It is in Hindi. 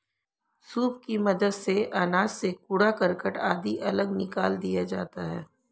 सूप की मदद से अनाज से कूड़ा करकट आदि अलग निकाल दिया जाता है